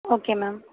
okay ma'am